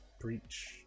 breach